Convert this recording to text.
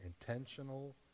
intentional